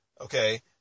okay